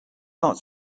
not